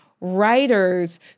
writers